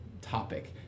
topic